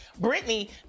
Britney